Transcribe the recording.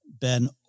Ben